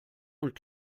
und